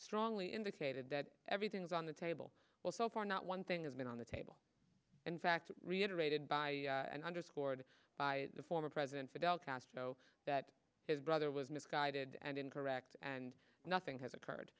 strongly indicated that everything is on the table well so far not one thing has been on the table in fact reiterated by and underscored by the former president fidel castro that his brother was misguided and incorrect and nothing has occurred